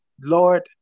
Lord